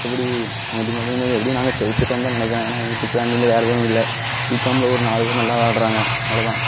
மித்தபடி எங்கள் டீம் விளையாடும் போது எப்படியும் நாங்கள் ஜெய்ச்சுடுவோம் தான் நினைக்குறேன் ஏன்னால் என் கிட்டே ப்ளான் பண்ண வேறு ஏதும் இல்லை பிகாமில் ஒரு நாலு பேர் நல்லா விளாட்றாங்க அவ்வளவுதான்